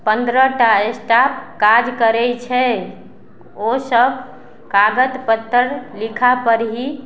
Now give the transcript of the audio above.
पन्द्रह टा स्टाफ काज करय छै ओ सभ कागज पत्र लिखापर ही